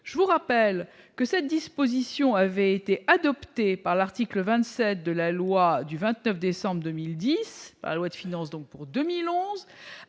je vous rappelle que cette disposition avait été adoptée par l'article 27 de la loi du 29 décembre 2010, loi de finance donc pour 2011